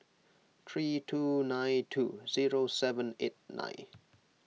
three two nine two zero seven eight nine